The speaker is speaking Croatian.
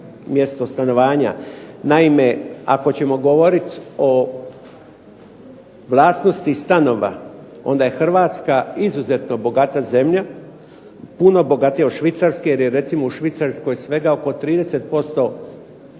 Naime, ako ćemo govoriti o vlasnosti stanova onda je Hrvatska izuzetno bogata zemlja, puno bogatija o Švicarske. Jer je recimo u Švicarskoj svega oko 30% stanova